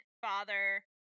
father